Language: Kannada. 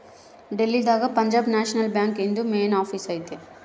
ಡೆಲ್ಲಿ ದಾಗ ಪಂಜಾಬ್ ನ್ಯಾಷನಲ್ ಬ್ಯಾಂಕ್ ಇಂದು ಮೇನ್ ಆಫೀಸ್ ಐತಿ